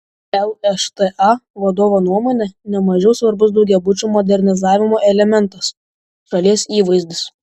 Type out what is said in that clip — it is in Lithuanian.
lšta vadovo nuomone ne mažiau svarbus daugiabučių modernizavimo elementas šalies įvaizdis